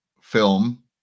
film